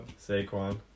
Saquon